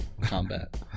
combat